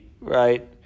right